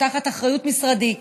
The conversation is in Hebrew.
שתחת אחריות משרדי,